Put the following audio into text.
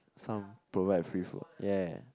some provide free food ya ya